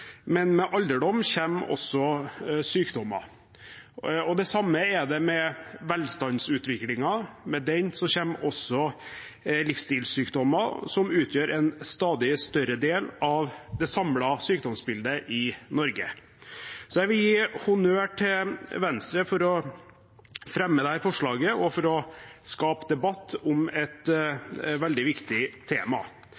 men med alderdom kommer også sykdommer. Det samme er det med velstandsutviklingen – med den kommer også livsstilssykdommer, som utgjør en stadig større del av det samlede sykdomsbildet i Norge. Jeg vil gi honnør til Venstre for at de fremmer dette forslaget og skaper debatt om et